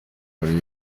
muri